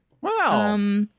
Wow